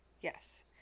Yes